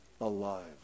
alive